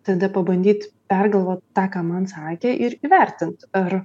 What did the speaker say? tada pabandyt pergalvot tą ką man sakė ir įvertint ar